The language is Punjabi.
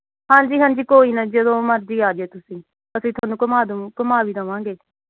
ਹਾਂਜੀ ਹਾਂਜੀ ਕੋਈ ਨਾ ਜੀ ਜਦੋ ਮਰਜ਼ੀ ਆਜਿਓ ਤੁਸੀਂ ਅਸੀਂ ਤੁਹਾਨੂੰ ਘੁੰਮਾ ਦੁ ਘੁੰਮਾ ਵੀ ਦਵਾਗੇ